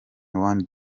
one